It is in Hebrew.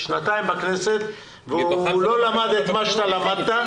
שנתיים בכנסת, והוא לא למד את מה שאתה למדת,